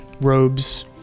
robes